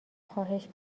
خواهش